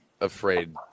afraid